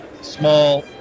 small